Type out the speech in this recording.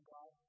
God